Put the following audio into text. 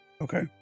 Okay